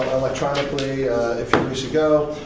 electronically a few weeks ago.